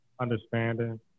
understanding